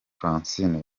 francine